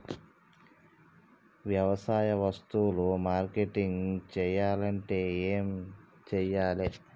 వ్యవసాయ వస్తువులు మార్కెటింగ్ చెయ్యాలంటే ఏం చెయ్యాలే?